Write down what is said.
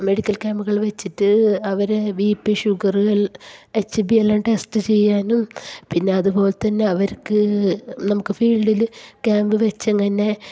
medical ക്യാമ്പുകൾ വച്ചിട്ട് അവർ B P sugar H B എല്ലാം ടെസ്റ്റ് ചെയ്യാനും പിന്നെ അതുപോലെ തന്നെ അവർക്ക് നമുക്ക് ഫീൽഡിൽ ക്യാമ്പ് വച്ച് അങ്ങനെ